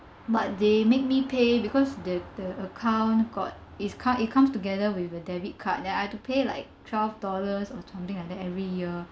but they made me pay because the the account got its ca~ it comes together with a debit card then I have to pay like twelve dollars or something like that every year